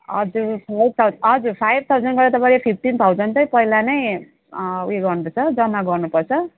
हजुर हो त हजुर फाइभ थौजन्ड गरेर तपाईँले फिफ्टिन थौजन्ड चाहिँ पहिला नै उयो गर्नु पर्छ जम्मा गर्नु पर्छ